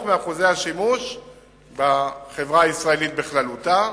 מאחוזי השימוש בחברה הישראלית בכללותה.